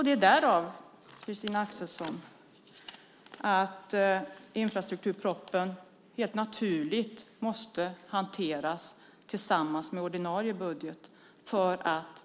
Det är därför, Christina Axelsson, som infrastrukturpropositionen helt naturligt måste hanteras tillsammans med ordinarie budget.